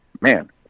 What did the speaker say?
man